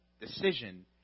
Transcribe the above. decision